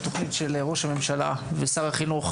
את התוכנית של ראש הממשלה ושר החינוך,